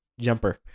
jumper